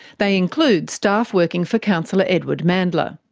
they include staff working for councillor edward mandla.